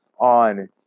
on